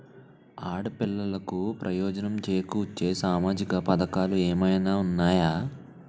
ఆడపిల్లలకు ప్రయోజనం చేకూర్చే సామాజిక పథకాలు ఏమైనా ఉన్నాయా?